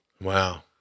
Wow